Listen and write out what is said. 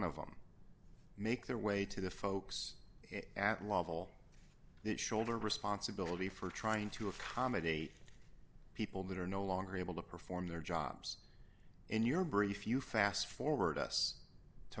of them make their way to the folks at level that shoulder responsibility for trying to accommodate people that are no longer able to perform their jobs in your brief you fast forward us to